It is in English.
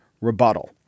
rebuttal